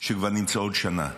שכבר נמצאות שנה.